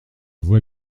vois